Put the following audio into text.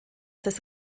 des